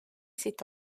cet